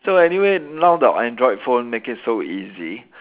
so anyway now the android phone make it so easy